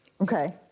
Okay